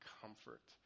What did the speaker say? comfort